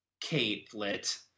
capelet